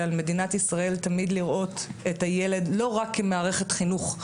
ועל מדינת ישראל תמיד לראות את הילד לא רק כמערכת חינוך,